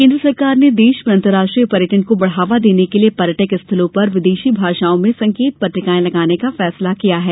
केन्द्र सरकार ने देश में अंतर्राष्ट्रीय पर्यटन को बढ़ावा देने के लिए पर्यटक स्थलों पर विदेशी भाषाओं में संकेत पट्टिकाएं लगाने का फैसला किया है